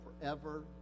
forever